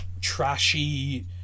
trashy